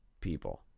people